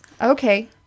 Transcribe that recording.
Okay